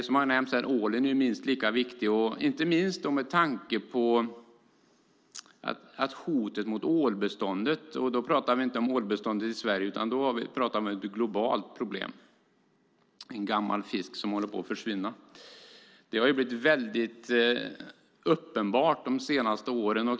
Som har nämnts här är ålen minst lika viktig, inte minst med tanke på att hotet mot ålbeståndet - då pratar vi inte om ålbeståndet i Sverige utan om ett globalt problem, med en gammal fisk som håller på att försvinna - har blivit alltmer uppenbart de senaste åren.